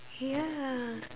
ya